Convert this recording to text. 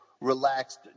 relaxed